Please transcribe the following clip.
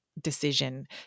decision